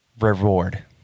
reward